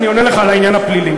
אני עונה לך על העניין הפלילי.